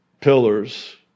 pillars